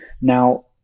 Now